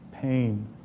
pain